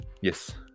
yes